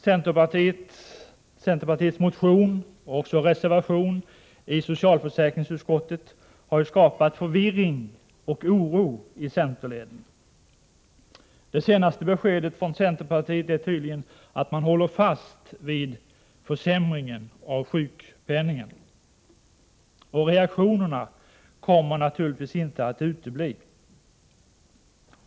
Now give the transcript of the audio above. Centerpartiets motion och även reservation i socialförsäkringsutskottet har skapat förvirring och oro i centerleden. Det senaste beskedet från centerpartiet är tydligen att man håller fast vid försämringen av sjukpenningen. Reaktionerna kommer naturligtvis inte att utebli.